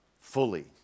Fully